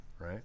Right